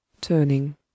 turning